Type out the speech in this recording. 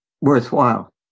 worthwhile